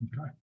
Okay